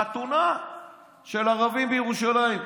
חתונה של ערבים בירושלים.